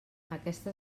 aquesta